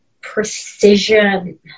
precision